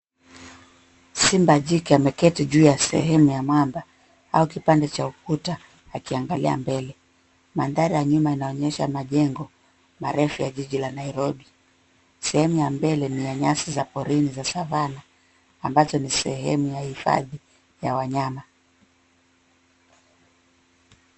Simba jike ameketi juu ya sehemu ya mwamba au kipande cha ukuta akiangalia mbele. Mandhari ya nyuma inaonyesha majengo marefu ya jiji la Nairobi. Sehemu ya mbele ni ya nyasi za porini za savannah ambazo ni sehemu ya hifadhi ya wanyama.